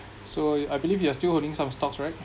so I believe you are still holding some stocks right